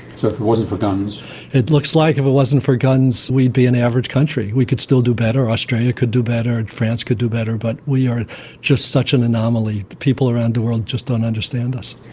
so if it wasn't for guns, david hemenway it looks like if it wasn't for guns we'd be an average country. we could still do better, australia could do better and france could do better, but we are just such an anomaly. people around the world just don't understand us.